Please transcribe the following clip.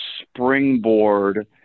springboard